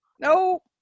no